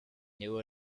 knew